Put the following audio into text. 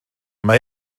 mae